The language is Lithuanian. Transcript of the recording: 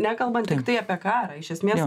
nekalbant tiktai apie karą iš esmės